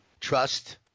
Trust